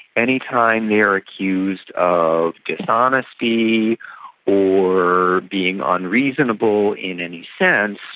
any time they are accused of dishonesty or being unreasonable in any sense,